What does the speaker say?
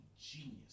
genius